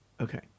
Okay